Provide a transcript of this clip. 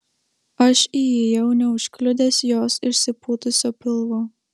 aš įėjau neužkliudęs jos išsipūtusio pilvo